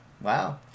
wow